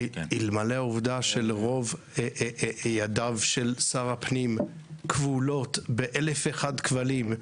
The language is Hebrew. --- אלמלא העובדה שלרוב ידיו של שר הפנים כבולות ב-1,001 כבלים,